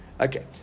okay